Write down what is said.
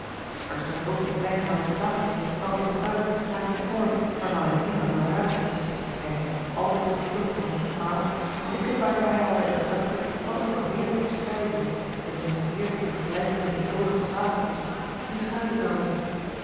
er stond ook een kleine houten tafel waarop een kruik naast een korf waarvan hij den inhoud wel raden kon en altijd gevoelig voor een goed maal likkebaarde hij al bij de gedachte wat er voor heerlijke spijzen ten minste heerlijk in vergelijking met den eentonigen slavenkost in schuilen zouden